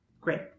great